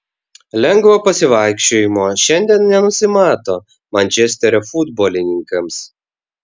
lengvo pasivaikščiojimo šiandien nenusimato mančesterio futbolininkams